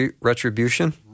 retribution